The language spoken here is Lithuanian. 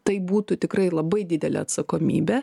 tai būtų tikrai labai didelė atsakomybė